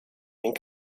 and